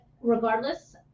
regardless